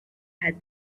had